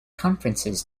conferences